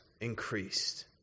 increased